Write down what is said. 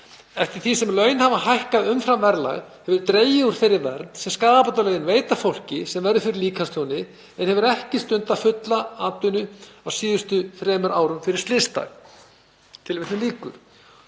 „Eftir því sem laun hafa hækkað umfram verðlag hefur dregið úr þeirri vernd sem skaðabótalögin veita fólki sem verður fyrir líkamstjóni en hefur ekki stundað fulla atvinnu á síðustu þremur árum fyrir slysdag.“ Hverjir eru